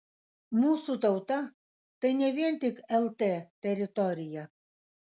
mūsų tauta tai ne vien tik lt teritorija